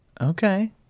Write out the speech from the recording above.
Okay